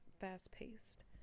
fast-paced